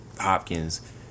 Hopkins